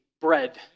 bread